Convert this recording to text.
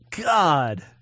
God